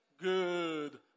Good